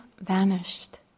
vanished